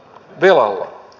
velalla